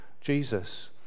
Jesus